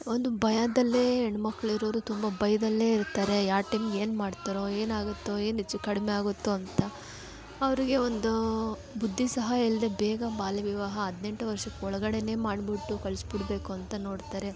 ಒಂದು ಭಯದಲ್ಲೇ ಹೆಣ್ಣು ಮಕ್ಕಳು ಇರೋರು ತುಂಬ ಭಯದಲ್ಲೇ ಇರ್ತಾರೆ ಯಾವ ಟೈಮಿಗ್ ಏನು ಮಾಡ್ತಾರೋ ಏನಾಗುತ್ತೊ ಏನು ಹೆಚ್ಚು ಕಡಿಮೆ ಆಗುತ್ತೊ ಅಂತ ಅವರಿಗೆ ಒಂದೂ ಬುದ್ದಿ ಸಹ ಇಲ್ಲದೇ ಬೇಗ ಬಾಲ್ಯವಿವಾಹ ಹದಿನೆಂಟು ವರ್ಷಕ್ಕೆ ಒಳಗಡೇನೆ ಮಾಡಿಬಿಟ್ಟು ಕಳಿಸ್ಬಿಡ್ಬೇಕು ಅಂತ ನೋಡ್ತಾರೆ